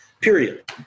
period